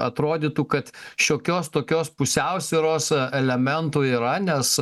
atrodytų kad šiokios tokios pusiausvyros elementų yra nes